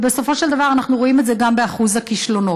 ובסופו של דבר אנחנו רואים את זה גם באחוז הכישלונות.